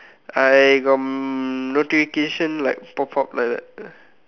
I got notification like pop up like that ah